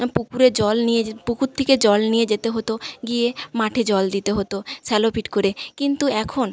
পুকুরে জল নিয়ে যে পুকুর থেকে জল নিয়ে যেতে হতো গিয়ে মাঠে জল দিতে হতো স্যালো পিট করে কিন্তু এখন